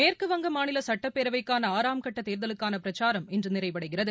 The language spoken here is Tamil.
மேற்குவங்க மாநில சட்டப்பேரவைக்கான ஆறாம் கட்ட தேர்தலுக்கான பிரச்சாரம் இன்று நிறைவடைகிறது